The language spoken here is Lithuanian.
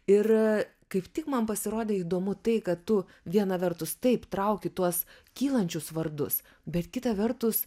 ir kaip tik man pasirodė įdomu tai kad tu viena vertus taip trauki tuos kylančius vardus bet kita vertus